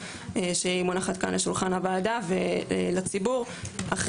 ומונחת כאן על שולחן הוועדה ובפני הציבור.